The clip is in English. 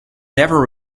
never